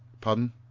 Pardon